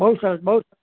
બહુ સરસ બહુ